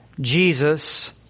Jesus